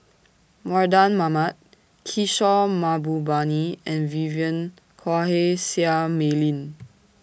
Mardan Mamat Kishore Mahbubani and Vivien Quahe Seah Mei Lin